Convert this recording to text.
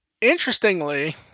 interestingly